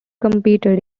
competed